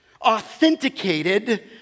authenticated